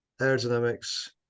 aerodynamics